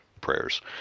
prayers